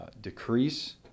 decrease